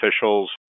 officials